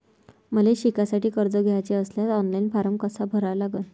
मले शिकासाठी कर्ज घ्याचे असल्यास ऑनलाईन फारम कसा भरा लागन?